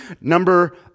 Number